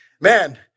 man